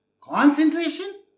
Concentration